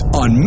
on